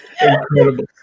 Incredible